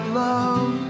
love